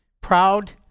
proud